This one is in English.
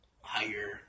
higher